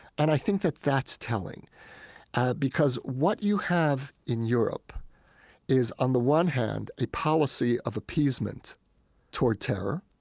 and i think that that's telling because what you have in europe is, on the one hand, a policy of appeasement toward terror